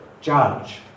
judge